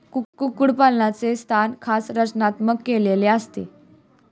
कुक्कुटपालनाचे स्थान खास रचनात्मक केलेले असते